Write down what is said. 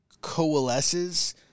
coalesces